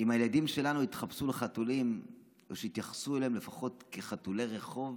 אם הילדים שלנו יתחפשו לחתולים אז יתייחסו אליהם לפחות כאל חתולי רחוב,